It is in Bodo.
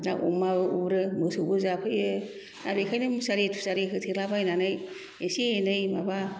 दा अमा उरो मोसौबो जाफैयो दा बेखायनो मुसारि थुसारि होथेलाबायनानै एसे एनै माबा